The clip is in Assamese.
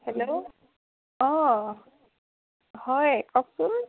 হেল্ল' অঁ হয় কওকচোন